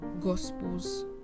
Gospels